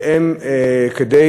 כדי